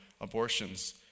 abortions